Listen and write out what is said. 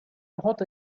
ochotę